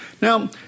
Now